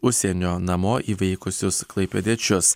užsienio namo įveikusius klaipėdiečius